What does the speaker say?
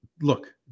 Look